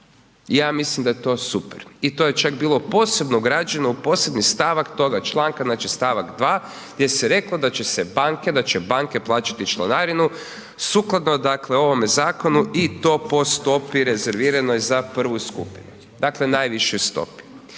Ja mislim da je to super i to je čak bilo posebno ugrađeno u posebni stavak toga članka, znači, st. 2. gdje se reklo da će se banke, da će banke plaćati članarinu, sukladno, dakle, ovome zakonu i to po stopi rezerviranoj za prvu skupinu, dakle, najvišoj stopi.